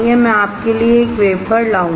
मैं आपके लिए एक वेफर लाऊंगा